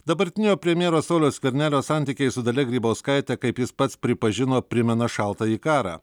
dabartinio premjero sauliaus skvernelio santykiai su dalia grybauskaite kaip jis pats pripažino primena šaltąjį karą